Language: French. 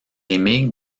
émigre